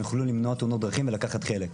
יוכלו למנוע תאונות דרכים ולקחת חלק.